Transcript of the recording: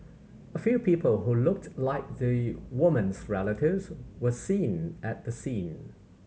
a few people who looked like the woman's relatives were seen at the scene